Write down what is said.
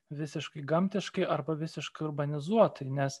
visiškai gamtiškai arba visiškai urbanizuotai nes